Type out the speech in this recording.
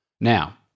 Now